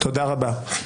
תודה רבה.